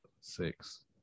six